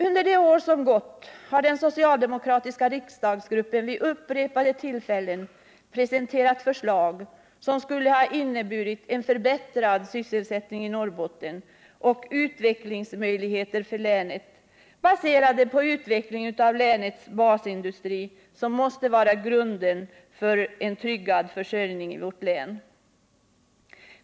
Under de år som gått har den socialdemokratiska riksdagsgruppen vid upprepade tillfällen presenterat förslag som skulle ha inneburit en förbättrad sysselsättning i Norrbotten och utvecklingsmöjligheter för länet, baserade på utveckling av länets basindustri, som måste vara grunden för tryggad försörjning i vårt län.